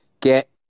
get